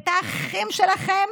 את האחים שלכם,